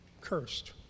cursed